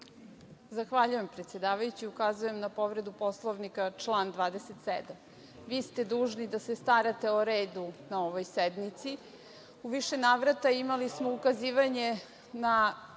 Zahvaljujem, predsedavajući. Ukazujem na povredu Poslovnika - član 27. Vi ste dužni da se starate o redu na ovoj sednici. U više navrata imali smo ukazivanje na